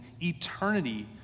eternity